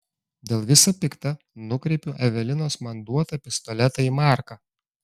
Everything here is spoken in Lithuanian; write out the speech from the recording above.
dėl visa pikta nukreipiu evelinos man duotą pistoletą į marką